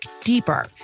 deeper